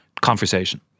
conversation